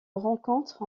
rencontre